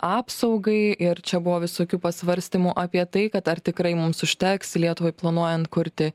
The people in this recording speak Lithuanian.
apsaugai ir čia buvo visokių pasvarstymų apie tai kad ar tikrai mums užteks lietuvai planuojant kurti